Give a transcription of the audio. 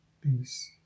Peace